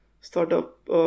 Startup